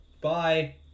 Bye